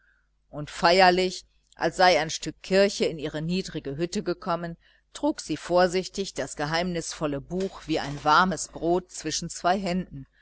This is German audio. und feierlich als sei ein stück kirche in ihre niedrige hütte gekommen trug sie vorsichtig das geheimnisvolle buch wie ein warmes brot zwischen zwei händen